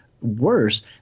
worse